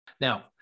Now